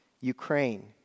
Ukraine